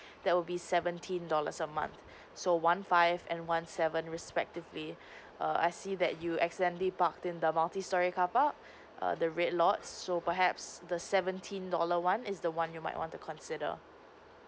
that would be seventeen dollars a month so one five and one seven respectively err I see that you accidentally parked in the multistorey carpark err the red lot so perhaps the seventeen dollar one is the one you might want to consider